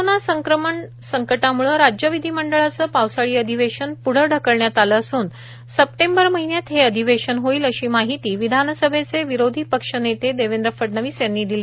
corona संक्रमण संकटामुळे राज्य विधिमंडळाचं पावसाळी अधिवेशन पुढे ढकलण्यात आलं असून सप्टेंबर महिन्यात अधिवेशन होईल अशी माहिती विधानसभेतचे विरोधी पक्षनेते देवेंद्र फडणवीस यांनी दिली